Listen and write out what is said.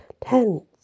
tents